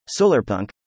solarpunk